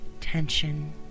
tension